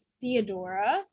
Theodora